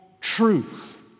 truth